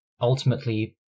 ultimately